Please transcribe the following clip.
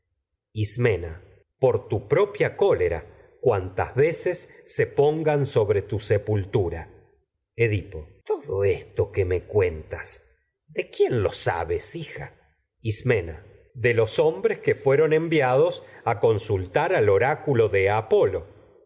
ismena por tu propia cólera cuantas veces se pon gan sobre tu sepultura esto edipo todo que me cuentas do quién ho sabes hija ismena sultar al de los de hombres que fueron enviados a con oráculo apolo